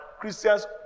Christians